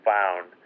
found